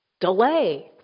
Delay